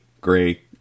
gray